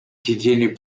continue